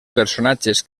personatges